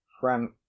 frank